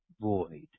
void